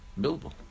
Bilbo